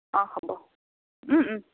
অঁ হ'ব